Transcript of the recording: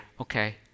okay